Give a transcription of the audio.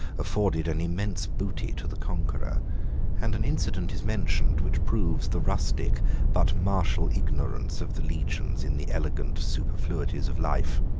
afforded an immense booty to the conqueror and an incident is mentioned, which proves the rustic but martial ignorance of the legions in the elegant superfluities of life.